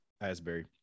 Asbury